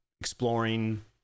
exploring